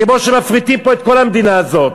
כמו שמפריטים פה את כל המדינה הזאת,